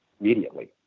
immediately